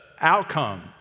outcome